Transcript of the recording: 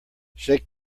shake